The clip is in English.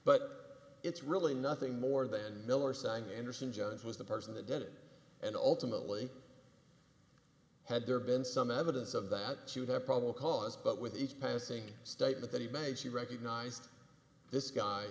but it's really nothing more than miller signing anderson jones was the person that did it and ultimately had there been some evidence of that to the public cause but with each passing statement that he made she recognized this guy